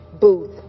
Booth